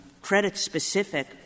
credit-specific